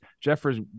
Jeffers